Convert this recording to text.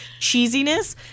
cheesiness